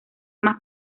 más